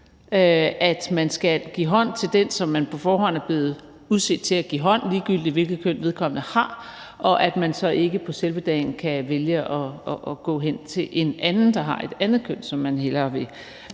at man skal give hånd til den, som man på forhånd er blevet udset til at give hånd, ligegyldigt hvilket køn vedkommende har, og at man ikke på selve dagen kan vælge at gå hen til en anden, der har et andet køn, som man hellere vil